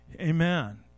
amen